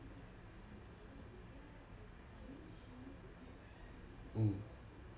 mm